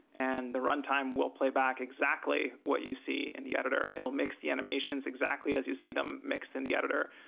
and the runtime will play back exactly what you see in the editor. it'll mix the animations exactly as you see them mixed in the editor.